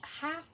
half